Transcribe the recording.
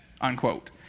unquote